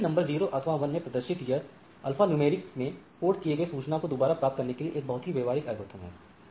binary नंबरों 0 अथवा 1 में प्रदर्शित यह अल्फ़ान्यूमेरिक में कोड किए गए सूचना को दुबारा प्राप्त करने के लिए एक बहुत ही व्यवहारिक एल्गोरिथम है